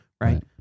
right